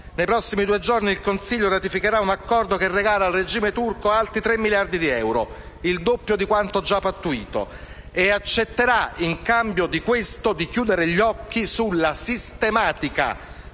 Nei prossimi due giorni il Consiglio ratificherà un accordo che regala al regime turco altri tre miliardi di euro, il doppio di quanto già pattuito, e accetterà, in cambio di questo, di chiudere gli occhi sulla sistematica